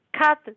cut